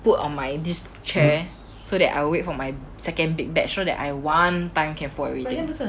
put on my this chair so that I will wait for my second big batch that I one time can fold everything